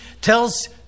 tells